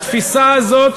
התפיסה הזאת,